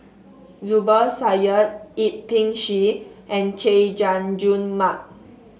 Zubir Said Yip Pin Xiu and Chay Jung Jun Mark